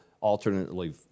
alternately